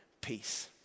peace